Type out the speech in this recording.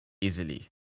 easily